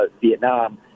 Vietnam